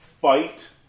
Fight